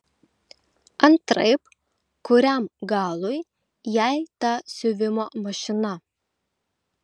antraip kuriam galui jai ta siuvimo mašina